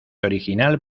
original